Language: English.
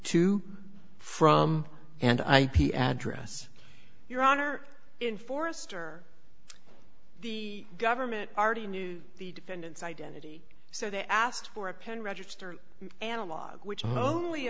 two from and i p address your honor in forester the government already knew the defendant's identity so they asked for a pen register analog which only